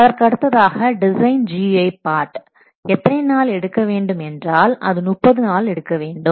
அதற்கடுத்ததாக design GUI part எத்தனை நாள் எடுக்க வேண்டும் என்றால் அது 30 நாட்கள் எடுக்க வேண்டும்